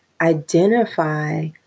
identify